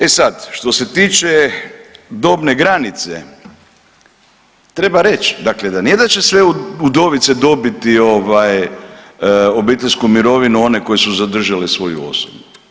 E sad, što se tiče dobne granice, treba reći da, dakle nije da će sve udovice dobiti ovaj obiteljsku mirovinu one koje su zadržale svoju osobnu.